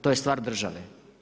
To je stvar države.